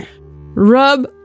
Rub